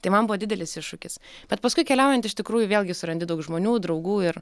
tai man buvo didelis iššūkis bet paskui keliaujant iš tikrųjų vėlgi surandi daug žmonių draugų ir